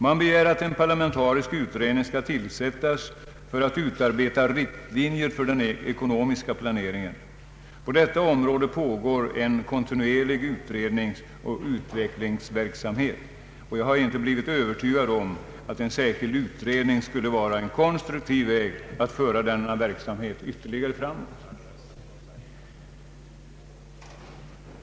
Man begär att en parlamentarisk utredning skall tillsättas för att utarbeta riktlinjer för den ekonomiska planeringen. På detta område pågår en kontinuerlig utredningsoch utvecklingsverksamhet, och jag har inte blivit övertygad om att en särskild utredning skulle vara en konstruktiv väg att föra denna verksamhet ytterligare framåt.